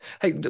Hey